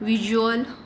visual